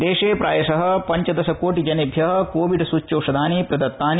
देशे प्रायशः पंचदशकोटिजनेभ्यः कोविड सूच्यौषधानि प्रदतानि